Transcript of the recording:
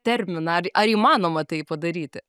terminą ar ar įmanoma tai padaryti